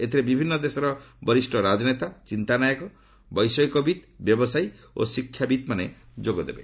ଏଥିରେ ବିଭିନ୍ନ ଦେଶର ବରିଷ୍ଠ ରାଜନେତା ଚିନ୍ତାନାୟକ ବୈଷୟିକବିତ୍ ବ୍ୟବସାୟୀ ଓ ଶିକ୍ଷାବିତ୍ମାନେ ଯୋଗଦେବେ